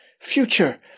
Future